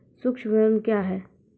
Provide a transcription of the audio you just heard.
सुक्ष्म ऋण क्या हैं?